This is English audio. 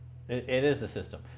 it is the system.